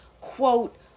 quote